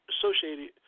associated